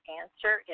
answer